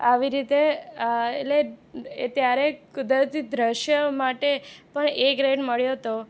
આવી રીતે ત્યારે કુદરતી દૃશ્ય માટે પણ એ ગ્રેડ મળ્યો હતો